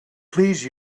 please